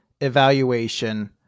evaluation